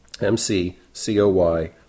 m-c-c-o-y